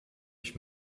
ich